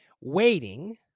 waiting